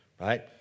Right